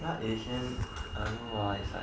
他以前 I don't know lah